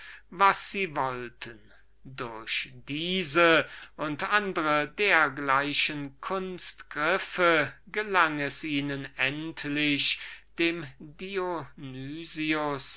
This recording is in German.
was sie wollten durch diese und andre dergleichen kunstgriffe gelang es ihnen endlich dem